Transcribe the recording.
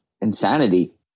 insanity